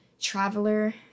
traveler